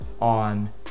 on